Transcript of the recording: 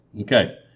Okay